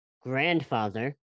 grandfather